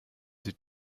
sie